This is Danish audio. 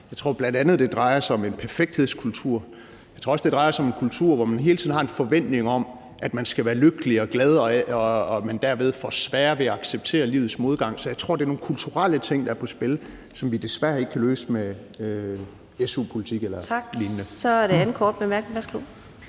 Jeg tror, det bl.a. drejer sig om en perfekthedskultur. Jeg tror også, det drejer sig om en kultur, hvor man hele tiden har en forventning om, at man skal være lykkelig og glad, og at man derved får sværere ved at acceptere livets modgang. Så jeg tror, det er nogle kulturelle ting, der er på spil, og som vi desværre ikke kan løse med su-politik eller lignende. Kl. 15:30 Fjerde næstformand